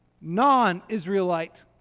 non-Israelite